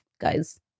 guys